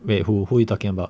wait who who you talking about